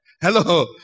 Hello